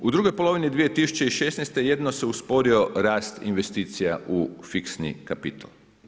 U drugoj polovini 2016. jedino se usporio rast investicija u fiksni kapital.